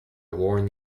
warn